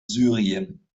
syrien